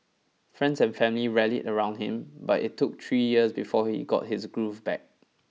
friends and family rallied around him but it took three years before he got his groove back